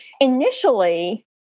initially